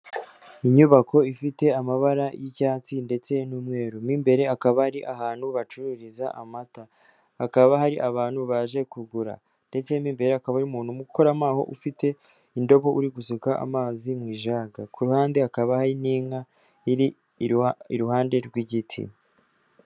Inyubako ifite amabara y'icyatsi ndetse n'umweru, mo imbere akaba ari ahantu bacururiza amata, hakaba hari abantu baje kugura, ndetse mo imbere hakaba harimo umuntu ukora mo aho ufite indobo uri gusuka amazi mu ijaga, ku ruhande hakaba hari n'inka iri iruhande rw'igiti.